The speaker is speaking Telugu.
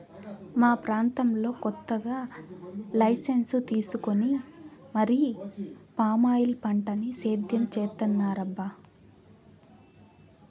మా ప్రాంతంలో కొత్తగా లైసెన్సు తీసుకొని మరీ పామాయిల్ పంటని సేద్యం చేత్తన్నారబ్బా